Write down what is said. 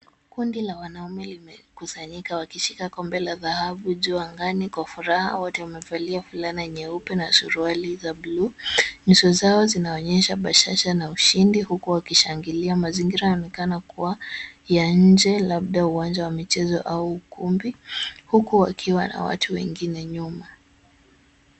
Kundi la wanaume limekusanyika wakishika kombe la dhahabu juu angani kwa furaha . Wote wamevalia fulana nyeupe na suruali za buluu. Nyuso zao zinaonyesha bashasha na ushindi huku wakishangilia. Mazingira yanaonekana kuwa ya nje labda uwanja wa michezo au ukumbi huku wakiwa na watu wengine nyuma.